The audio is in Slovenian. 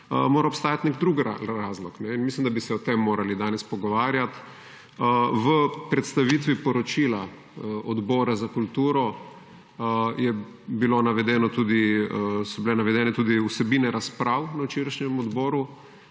mora obstajat nek drug razlog. Mislim, da bi se o tem morali danes pogovarjat. V predstavitvi poročila Odbora za kulturo so bile navedene tudi vsebine razprav na včerajšnjem odboru.